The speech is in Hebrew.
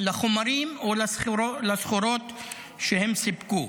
לחומרים או לסחורות שהם סיפקו,